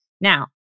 Now